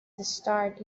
start